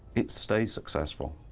it stays successful,